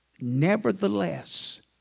Nevertheless